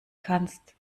kannst